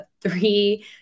three